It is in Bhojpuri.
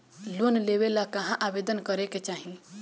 लोन लेवे ला कहाँ आवेदन करे के चाही?